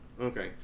Okay